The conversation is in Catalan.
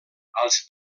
als